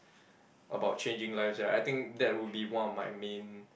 about changing lives right I think that would be one of my main